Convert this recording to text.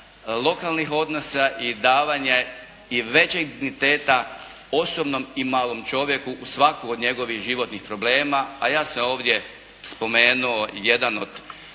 lokalnih odnosa i davanje i većeg digniteta osobnom i malom čovjeku u svaku od njegovih životnih problema a jasno je ovdje spomenuo jedan od